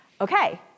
okay